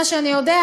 זה מה שאני יודע.